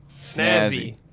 snazzy